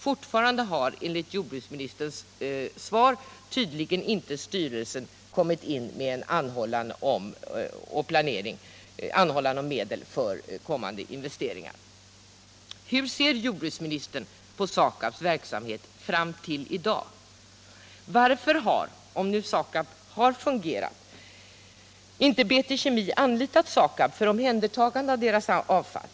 Fortfarande har, enligt jordbruksministerns svar, tydligen inte styrelsen kommit in med redovisning av någon planering och anhållan om medel för kommande investeringar. Hur ser jordbruksministern på SAKAB:s verksamhet fram till i dag? Varför har, om nu SAKAB har fungerat, inte BT Kemi anlitat SAKAB för omhändertagande av sitt avfall?